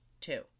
two